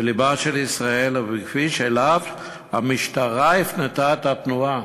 בלבה של ישראל ובכביש שאליו המשטרה הפנתה את התנועה.